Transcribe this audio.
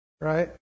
right